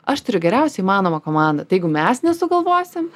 aš turiu geriausią įmanomą komandą tai jeigu mes nesugalvosim